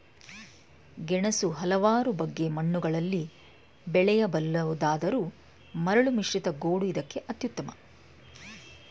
ಗೆಣಸು ಹಲವಾರು ಬಗೆ ಮಣ್ಣುಗಳಲ್ಲಿ ಬೆಳೆಯಬಲ್ಲುದಾದರೂ ಮರಳುಮಿಶ್ರಿತ ಗೋಡು ಇದಕ್ಕೆ ಅತ್ಯುತ್ತಮ